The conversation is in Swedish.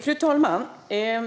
Fru talman!